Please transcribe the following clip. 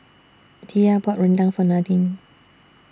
Diya bought Rendang For Nadine